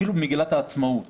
אפילו במגילת העצמאות